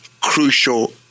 crucial